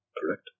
correct